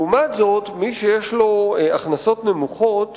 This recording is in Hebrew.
לעומת זאת, מי שיש לו הכנסות נמוכות,